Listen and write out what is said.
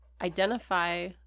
identify